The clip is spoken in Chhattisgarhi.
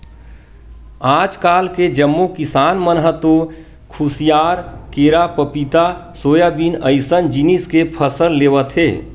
आजकाल के जम्मो किसान मन ह तो खुसियार, केरा, पपिता, सोयाबीन अइसन जिनिस के फसल लेवत हे